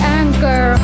anchor